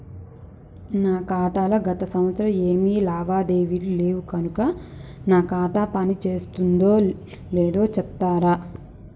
నా ఖాతా లో గత సంవత్సరం ఏమి లావాదేవీలు లేవు కనుక నా ఖాతా పని చేస్తుందో లేదో చెప్తరా?